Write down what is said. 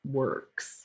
works